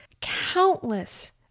countless